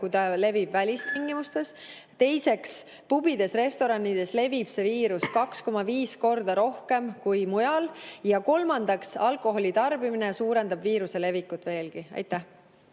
kui ta levib välistingimustes. Teiseks, pubides-restoranides levib viirus 2,5 korda rohkem kui mujal. Ja kolmandaks, alkoholi tarbimine suurendab viiruse levikut veelgi. Aitäh!